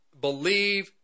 believe